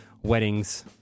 weddings